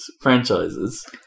franchises